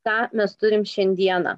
ką mes turim šiandieną